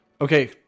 Okay